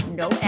no